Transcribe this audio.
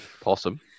possum